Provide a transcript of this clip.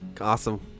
Awesome